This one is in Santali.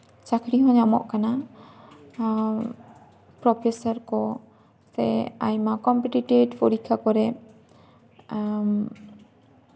ᱪᱟᱹᱠᱨᱤ ᱦᱚᱸ ᱧᱟᱢᱚᱜ ᱠᱟᱱᱟ ᱯᱨᱚᱯᱷᱮᱥᱟᱨ ᱠᱚ ᱥᱮ ᱟᱭᱢᱟ ᱠᱚᱢᱯᱤᱴᱮᱴᱤᱵᱷ ᱯᱚᱨᱤᱠᱠᱷᱟ ᱠᱚᱨᱮᱜ